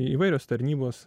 įvairios tarnybos